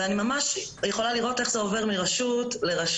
ואני ממש יכולה לראות איך זה עובר מרשות לרשות,